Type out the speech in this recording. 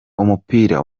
umupira